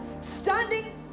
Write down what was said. standing